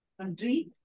country